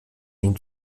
ihm